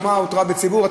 טומאה אותרה בציבור.